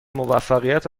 موفقیت